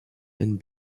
and